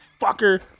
fucker